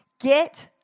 Get